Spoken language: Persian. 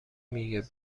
میگه